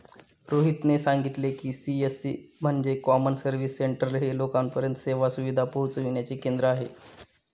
रोहितने सांगितले की, सी.एस.सी म्हणजे कॉमन सर्व्हिस सेंटर हे लोकांपर्यंत सेवा सुविधा पोहचविण्याचे केंद्र आहे